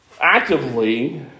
actively